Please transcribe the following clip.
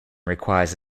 requires